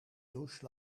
douche